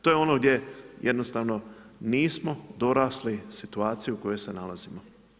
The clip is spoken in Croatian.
To je ono gdje jednostavno nismo dorasli situaciji u kojoj se nalazimo.